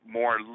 more